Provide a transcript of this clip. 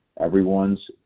everyone's